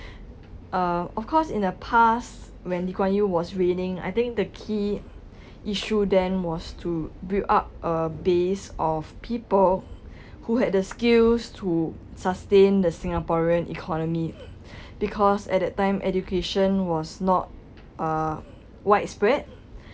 uh of course in the past when lee kuan yew was reigning I think the key issue then was to build up a base of people who had the skills to sustain the singaporean economy because at that time education was not uh widespread